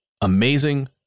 amazing